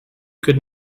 could